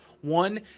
One